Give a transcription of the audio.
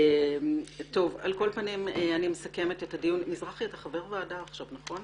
מזרחי, אתה חבר ועדה עכשיו, נכון?